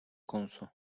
konusu